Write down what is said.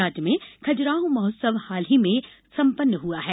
राज्य में खजुराहों महोत्सव हाल ही में सम्पन्न हुआ है